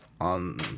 on